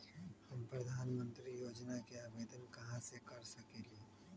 हम प्रधानमंत्री योजना के आवेदन कहा से कर सकेली?